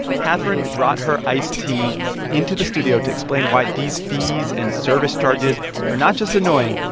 catherine brought her iced tea into the studio to explain why these fees and service charges are not just annoying,